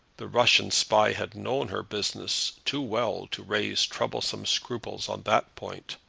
the russian spy had known her business too well to raise troublesome scruples on that point.